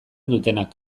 dutenak